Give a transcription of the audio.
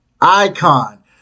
Icon